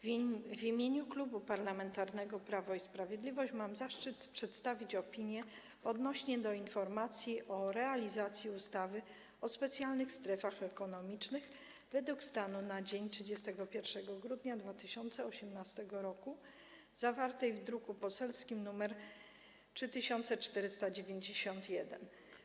W imieniu Klubu Parlamentarnego Prawo i Sprawiedliwość mam zaszczyt przedstawić opinię na temat informacji o realizacji ustawy o specjalnych strefach ekonomicznych według stanu na dzień 31 grudnia 2018 r., zawartej w druku nr 3491.